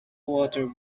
water